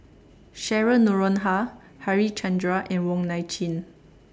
Cheryl Noronha Harichandra and Wong Nai Chin